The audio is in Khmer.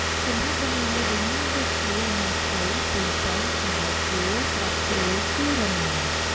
សម្រាប់បន្លែវិញមានដូចជា ល្ហុងខ្ចី ប៉េងប៉ោះ សណ្តែកគួ ត្រប់ស្រួយ ជីរណា។